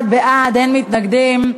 81 בעד, אין מתנגדים.